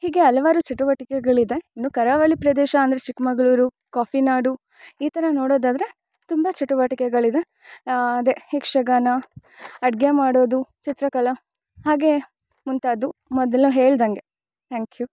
ಹೀಗೆ ಹಲ್ವಾರು ಚಟುವಟಿಕೆಗಳಿದೆ ಇನ್ನು ಕರಾವಳಿ ಪ್ರದೇಶ ಅಂದರೆ ಚಿಕ್ಕಮಗ್ಳೂರ್ ಕಾಫಿ ನಾಡು ಈ ಥರ ನೋಡೊದಾದರೆ ತುಂಬ ಚಟುವಟಿಕೆಗಳಿದೆ ಅದೇ ಯಕ್ಷಗಾನ ಅಡುಗೆ ಮಾಡೋದು ಚಿತ್ರಕಲೆ ಹಾಗೆ ಮುಂತಾದು ಮೊದ್ಲೆ ಹೇಳಿದಂಗೆ ಥ್ಯಾಂಕ್ ಯು